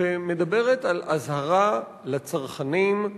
שמדברת על אזהרה לצרכנים,